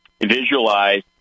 Visualize